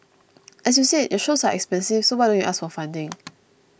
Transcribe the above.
as you said your shows are expensive so why don't you ask for funding